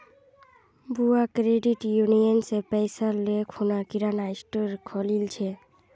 बुआ credit union स पैसा ले खूना किराना स्टोर खोलील छ